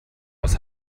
aus